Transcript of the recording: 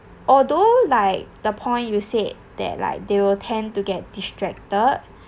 although like the point you said that like they will tend to get distracted